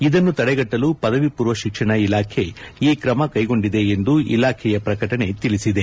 ಇದನ್ನು ತಡೆಗಟ್ಟಲು ಪದವಿ ಪೂರ್ವ ಶಿಕ್ಷಣ ಇಲಾಖೆ ಈ ಕ್ರಮ ಕೈಗೊಂಡಿದೆ ಎಂದು ಇಲಾಖೆಯ ಪ್ರಕಟಣೆ ತಿಳಿಸಿದೆ